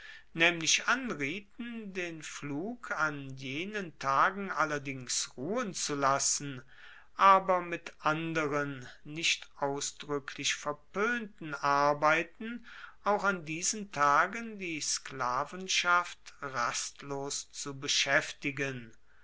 naemlich anrieten den pflug an jenen tagen allerdings ruhen zu lassen aber mit anderen nicht ausdruecklich verpoenten arbeiten auch an diesen tagen die sklavenschaft rastlos zu beschaeftigen